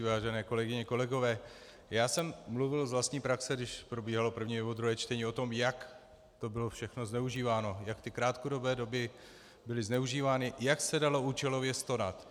Vážené kolegyně, kolegové, já jsem mluvil z vlastní praxe, když probíhalo první nebo druhé čtení, o tom, jak to bylo všechno zneužíváno, jak krátkodobé doby byly zneužívány, jak se dalo účelově stonat.